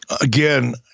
again